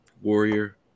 Warrior